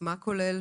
מה כולל